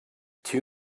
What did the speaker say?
too